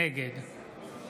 נגד